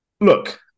Look